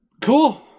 Cool